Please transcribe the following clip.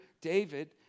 David